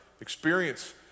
Experience